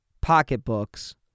pocketbooks